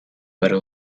but